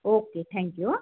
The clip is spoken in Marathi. ओके थँक्यू हां